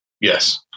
Yes